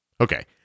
Okay